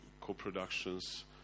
co-productions